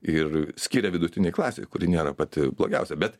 ir skiria vidutinei klasei kuri nėra pati blogiausia bet